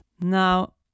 Now